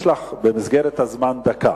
יש לך במסגרת הזמן דקה,